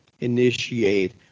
initiate